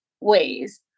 ways